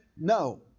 No